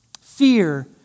Fear